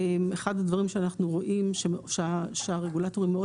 אחד הדברים שאנחנו רואים שהרגולטורים מאוד